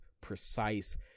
precise